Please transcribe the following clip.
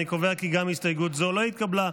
אני קובע כי גם הסתייגות זו לא התקבלה.